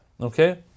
Okay